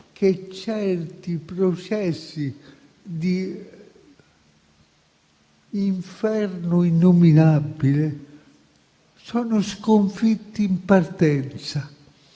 che certi processi d'inferno innominabile sono sconfitti in partenza